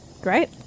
Great